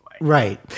Right